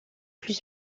plus